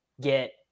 get